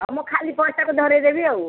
ହଁ ମୁଁ ଖାଲି ପର୍ସ୍ଟାକୁ ଧରାଇଦେବି ଆଉ